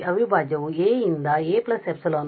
ಅವಿಭಾಜ್ಯವು a ರಿಂದ a ε ಮತ್ತು e −st ಗೆ ಉಳಿಯುತ್ತದೆ